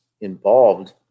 involved